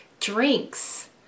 drinks